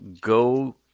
go